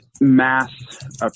mass